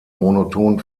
monoton